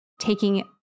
taking